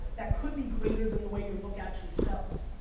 that could be greater than the way your book actually sells.